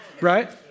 Right